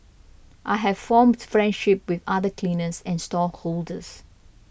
I have formed friendships with other cleaners and stallholders